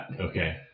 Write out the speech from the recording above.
Okay